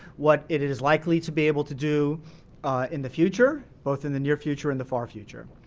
what it it is likely to be able to do in the future both in the near future in the far future.